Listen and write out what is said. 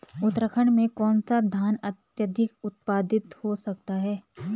उत्तराखंड में कौन सा धान अत्याधिक उत्पादित हो सकता है?